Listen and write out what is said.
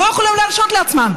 הם לא יכולים להרשות לעצמם.